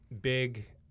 big